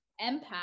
empath